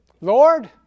Lord